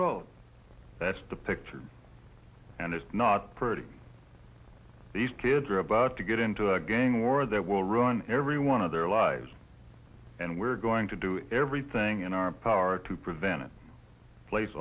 row that's the picture and it's not pretty these kids are about to get into a gang war that will ruin every one of their lives and we're going to do everything in our power to prevent it place